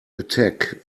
attack